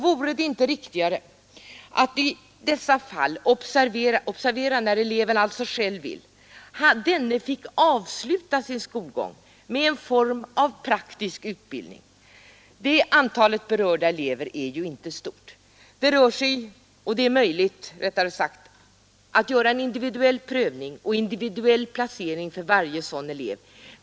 Vore det inte riktigare att eleven i dessa fall — observera: när eleven själv vill det — fick sluta sin skolgång med någon form av praktisk utbildning. Antalet berörda elever är inte stort, och det är möjligt att göra en individuell prövning och individuell placering för varje sådan elev.